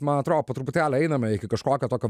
man atrodo po truputėlį einame iki kažkokio tokio